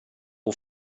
att